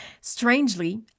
Strangely